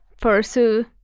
pursue